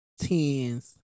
tens